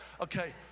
Okay